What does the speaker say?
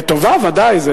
לטובה, ודאי.